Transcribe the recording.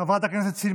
חברת הכנסת סילמן,